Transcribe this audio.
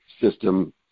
system